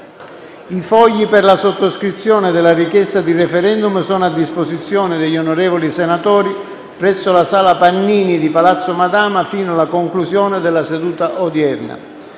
I fogli per la sottoscrizione della richiesta di *referendum* sono a disposizione degli onorevoli senatori presso la Sala Pannini di Palazzo Madama fino alla conclusione della seduta odierna.